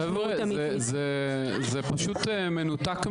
נעה, אני חושבת שאלה דברים בשוליים.